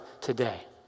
today